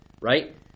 right